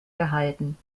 gehalten